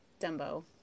Dumbo